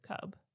cub